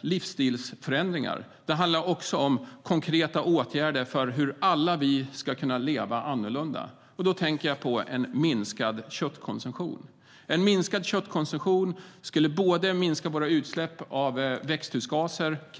livsstilsförändringar. Det handlar om konkreta åtgärder för att vi alla ska kunna leva annorlunda. Då tänker jag på en minskad köttkonsumtion. En minskad köttkonsumtion skulle kraftigt minska våra utsläpp av växthusgaser.